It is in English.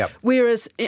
Whereas